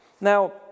Now